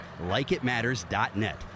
LikeItMatters.net